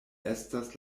estas